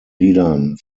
liedern